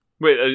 Wait